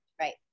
Right